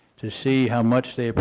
to see how much they but